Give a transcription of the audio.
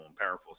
powerful